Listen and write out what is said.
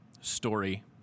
story